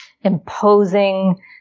imposing